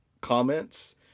comments